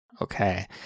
Okay